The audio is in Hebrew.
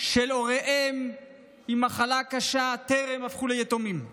של ההורים עם מחלה קשה טרם הפכו ליתומים.